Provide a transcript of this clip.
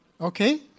Okay